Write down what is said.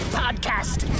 podcast